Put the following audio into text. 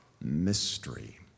mystery